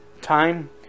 time